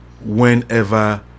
whenever